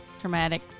traumatic